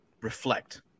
reflect